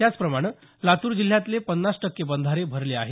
त्याचप्रमाणे लातूर जिल्ह्यातले पन्नास टक्के बंधारे भरले आहेत